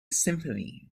symphony